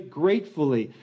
gratefully